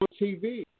TV